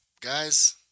Guys